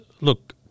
look